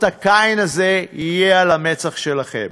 אות קין הזה יהיה על המצח שלכם.